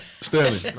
Stanley